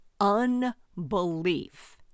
unbelief